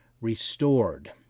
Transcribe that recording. restored